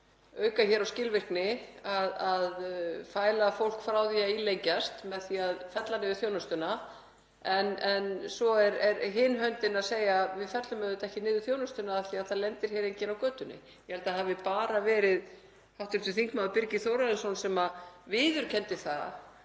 auka á skilvirkni, að fæla fólk frá því að ílengjast með því að fella niður þjónustuna, en svo er hin höndin að segja: Við fellum auðvitað ekki niður þjónustuna af því að hér lendir enginn á götunni. Ég held að það hafi einungis verið hv. þm. Birgir Þórarinsson sem viðurkenndi að